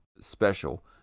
special